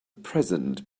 present